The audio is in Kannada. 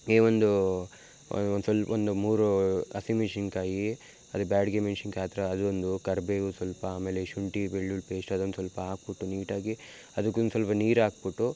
ಈ ಒಂದು ಒಂದು ಸ್ವಲ್ಪ ಒಂದು ಮೂರು ಹಸಿಮೆಣ್ಶಿನ್ಕಾಯಿ ಅದೇ ಬ್ಯಾಡಗಿ ಮೆಣ್ಶಿನ್ಕಾಯಿ ಆ ಥರ ಅದೊಂದು ಕರಿಬೇವು ಸ್ವಲ್ಪ ಆಮೇಲೆ ಶುಂಠಿ ಬೆಳ್ಳುಳ್ಳಿ ಪೇಸ್ಟ್ ಅದೊಂದು ಸ್ವಲ್ಪ ಹಾಕ್ಬುಟ್ಟು ನೀಟಾಗಿ ಅದಕ್ಕೊಂದು ಸ್ವಲ್ಪ ನೀರು ಹಾಕ್ಬುಟ್ಟು